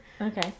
okay